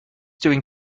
doing